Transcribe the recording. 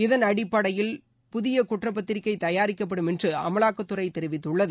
இதன் அடிப்படையில் புதிய குற்றப்பத்திரிகை தயாரிக்கப்படும் என்று அமவாக்கத்துறை தெரிவித்துள்ளது